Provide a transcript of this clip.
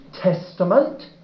Testament